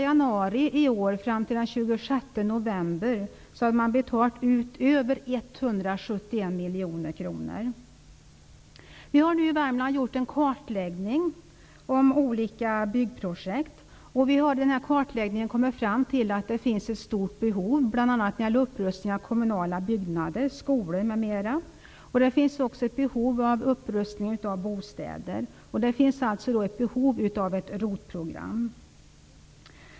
januari i år fram till den 26 november har man betalat ut över 171 miljoner kronor. Vi har nu gjort en kartläggning i Värmland av olika byggprojekt. I den här kartläggningen har vi kommit fram till att det finns ett stort behov, bl.a. när det gäller upprustning av kommunala byggnader, skolor m.m. Det finns också ett behov av upprustning av bostäder. Det finns alltså ett behov av ett ROT-program.